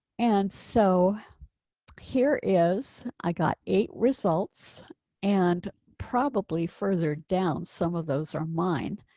and so here is i got eight results and probably further down some of those are mine.